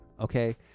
Okay